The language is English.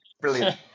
Brilliant